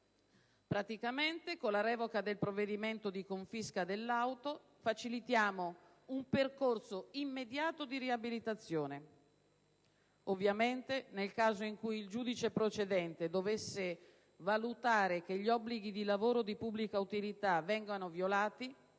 Praticamente, con la revoca del provvedimento di confisca dell'auto facilitiamo un percorso immediato di riabilitazione. Ovviamente, nel caso in cui il giudice procedente dovesse valutare che gli obblighi di lavoro di pubblica utilità vengono violati,